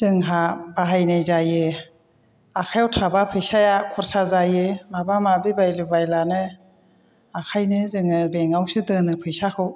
जोंहा बाहायनाय जायो आखायाव थाबा फैसाया खरसा जायो माबा माबि बायलु बायलानो ओंखायनो जोङो बेंकावसो दोनो फैसाखौ